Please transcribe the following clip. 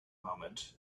moment